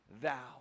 thou